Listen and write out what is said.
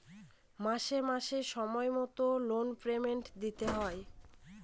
মাসে মাসে সময় মতো লোন পেমেন্ট দিতে হয়